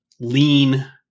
lean